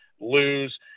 lose